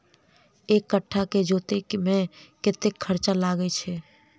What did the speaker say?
एक कट्ठा केँ जोतय मे कतेक खर्चा लागै छै?